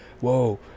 Whoa